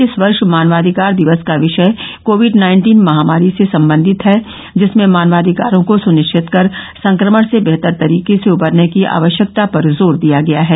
इस वर्ष मानवाधिकार दिवस का विषय कोविड नाइन्टीन महामारी से संबंधित है जिसमें मानवाधिकारों को सुनिश्चित कर संक्रमण से बेहतर तरीके से उबरने की आवश्यकता पर जोर दिया गया है